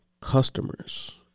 customers